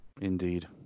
Indeed